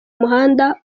umuhanda